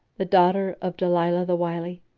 the daughter of dalilah the wily,